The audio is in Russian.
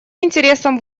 интересом